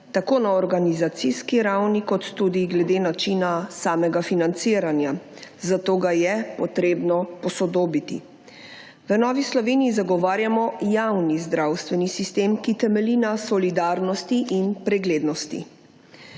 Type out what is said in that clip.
tako na organizacijski ravni, kot tudi glede načina samega financiranja, zato ga je potrebno posodobiti. V Novi Sloveniji zagovarjamo javni zdravstveni sistem, ki temelji na solidarnosti in preglednosti.